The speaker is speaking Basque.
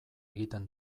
egiten